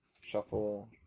Shuffle